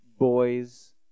Boy's